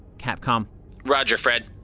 capcom roger, fred.